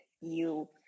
you-